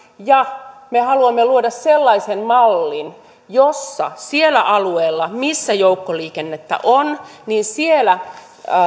me haluamme luoda sellaisen mallin jossa sillä alueella missä joukkoliikennettä on